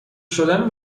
شدن